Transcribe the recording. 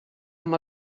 amb